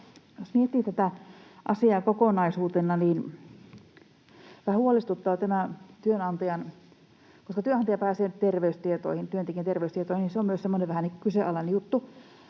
Jos miettii tätä asiaa kokonaisuutena, niin vähän huolestuttaa tämä työnantajan pääsy työntekijän terveystietoihin. Se myös on semmoinen vähän kyseenalainen juttu.